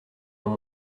dans